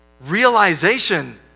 realization